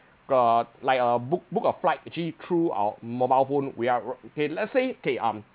uh like a book book a flight actually through our mobile phone we are ro~ okay let's say okay um